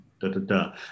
da-da-da